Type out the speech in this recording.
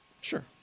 Sure